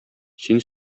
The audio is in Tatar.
син